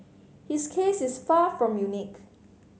his case is far from unique